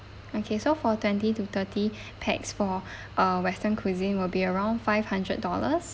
okay so for twenty to thirty pax for uh western cuisine will be around five hundred dollars